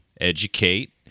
educate